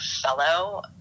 fellow